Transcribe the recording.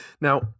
now